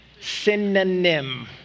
Synonym